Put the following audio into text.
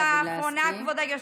עוד מילה אחרונה, כבוד היושבת-ראש.